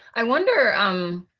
i wonder um